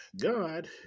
God